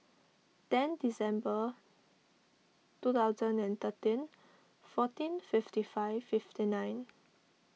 ten December two thousand and thirteen fourteen fifty five fifty nine